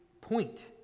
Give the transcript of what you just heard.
point